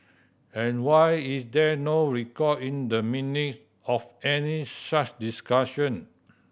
and why is there no record in the Minute of any such discussion